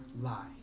lie